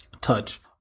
Touch